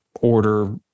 order